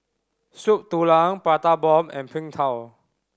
Soup Tulang Prata Bomb and Png Tao